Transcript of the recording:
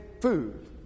food